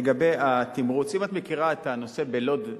לגבי התמרוץ, אם את מכירה את הנושא בלוד,